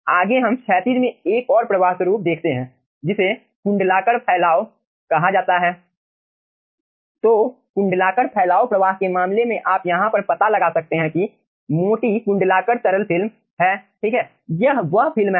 आगे हम क्षैतिज में एक और प्रवाह स्वरूप देखते हैं जिसे कुंडलाकार फैलाव कहा जाता है